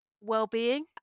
well-being